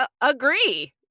agree